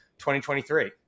2023